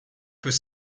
peut